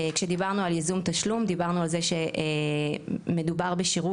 כשדיברנו על ייזום תשלום דיברנו על זה שמדובר בשירות